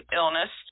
illness